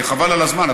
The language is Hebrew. כי חבל על הזמן.